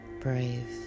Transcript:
brave